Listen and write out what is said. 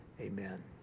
Amen